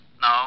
No